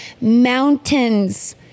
mountains